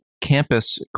campus